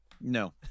No